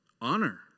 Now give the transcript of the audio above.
Honor